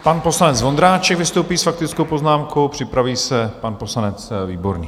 Pan poslanec Vondráček vystoupí s faktickou poznámkou, připraví se pan poslanec Výborný.